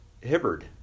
Hibbard